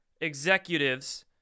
executives